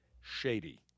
shady